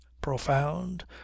profound